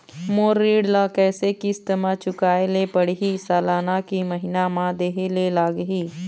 मोर ऋण ला कैसे किस्त म चुकाए ले पढ़िही, सालाना की महीना मा देहे ले लागही?